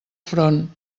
front